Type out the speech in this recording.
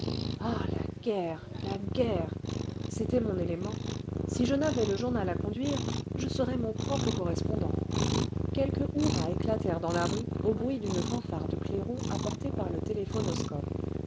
oh la guerre la guerre c'était mon élément si je n'avais le journal à conduire je serais mon propre correspondant quelques hurras éclatèrent dans la rue au bruit d'une fanfare de clairons apportée par le